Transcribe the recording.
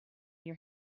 your